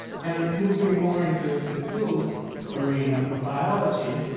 and moving more into the tools arena of biology,